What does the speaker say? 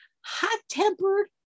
hot-tempered